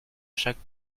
chaque